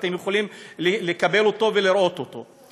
ואתם יכולים לקבל אותם ולראות אותם.